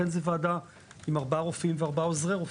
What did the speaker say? ולכן זו ועדה עם ארבעה רופאים וארבעה עוזרי רופא.